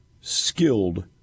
skilled